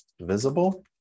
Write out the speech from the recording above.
visible